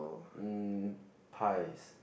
mm pies